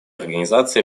организации